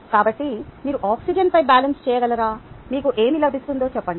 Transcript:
కాబట్టి మీరు ఆక్సిజన్పై బ్యాలెన్స్ చేయగలరా మీకు ఏమి లభిస్తుందో చెప్పండి